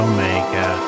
Omega